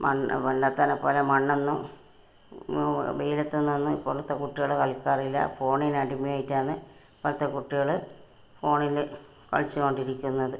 മണ്ണ് പണ്ടത്തേനെ പോലെ മണ്ണൊന്നും വെയിലത്ത് നിന്ന് ഇപ്പോഴത്തെ കുട്ടികൾ കളിക്കാറില്ല ഫോണിനടിമയായിട്ടാണ് ഇപ്പോഴത്തെ കുട്ടികൾ ഫോണിൽ കളിച്ചു കൊണ്ടിരിക്കുന്നത്